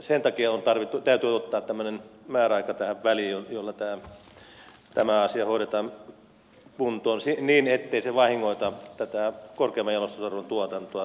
sen takia täytyy ottaa tämmöinen määräaika tähän väliin jolla tämä asia hoidetaan kuntoon niin ettei se vahingoita tätä korkeamman jalostusarvon tuotantoa tulevaisuudessa